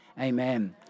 amen